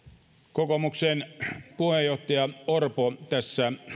kokoomuksen puheenjohtaja orpo tässä